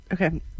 okay